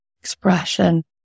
expression